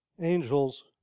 angels